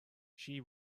she